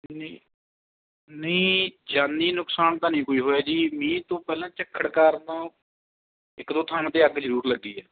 ਨਹੀਂ ਨਹੀਂ ਜਾਨੀ ਨੁਕਸਾਨ ਤਾਂ ਨਹੀਂ ਕੋਈ ਹੋਇਆ ਜੀ ਮੀਂਹ ਤੋਂ ਪਹਿਲਾਂ ਝੱਖੜ ਕਾਰਨ ਇੱਕ ਦੋ ਥਾਵਾਂ 'ਤੇ ਅੱਗ ਜ਼ਰੂਰ ਲੱਗੀ ਹੈ